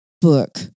book